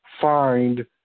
find